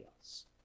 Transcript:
else